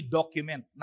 document